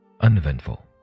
Uneventful